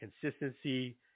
consistency